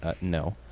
No